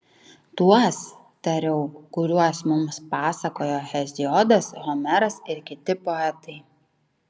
tuos tariau kuriuos mums pasakojo heziodas homeras ir kiti poetai